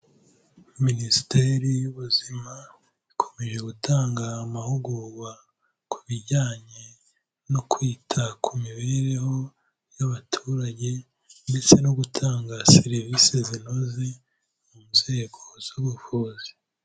Minisiteri y'ubuzima ikomeje gutanga amahugurwa ku bijyanye no kwita ku mibereho y'abaturage ndetse no gutanga serivise zinoze mu nzego z'ubuvuzi.